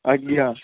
ଆଜ୍ଞା